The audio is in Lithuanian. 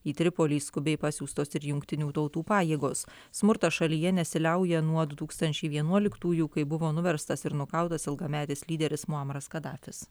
į tripolį skubiai pasiųstos ir jungtinių tautų pajėgos smurtas šalyje nesiliauja nuo du tūkstančiai vienuoliktųjų kai buvo nuverstas ir nukautas ilgametis lyderis muamaras kadafis